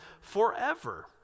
forever